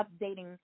updating